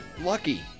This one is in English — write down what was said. lucky